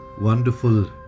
wonderful